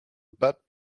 but